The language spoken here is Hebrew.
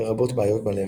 לרבות בעיות לב.